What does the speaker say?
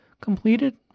completed